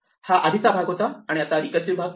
हा आधीचा भाग होता आणि आता रीकर्सिव भाग पाहू